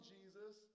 Jesus